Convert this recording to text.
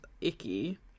icky